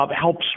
helps